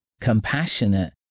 compassionate